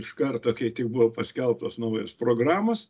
iš karto kai tik buvo paskelbtos naujos programos